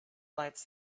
lights